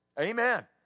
Amen